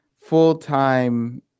full-time